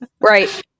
Right